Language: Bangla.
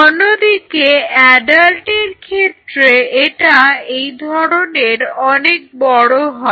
অন্যদিকে অ্যাডাল্টের ক্ষেত্রে এটা এই ধরনের অনেক বড় হয়